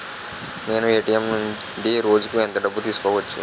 నేను ఎ.టి.ఎం నుండి రోజుకు ఎంత డబ్బు తీసుకోవచ్చు?